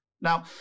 Now